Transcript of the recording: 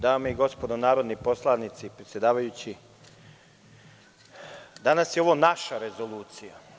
Dame i gospodo narodni poslanici, predsedavajući, danas je ovo naša rezolucija.